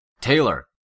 Taylor